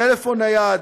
טלפון נייד,